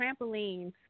trampolines